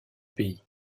pays